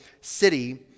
city